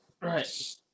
Right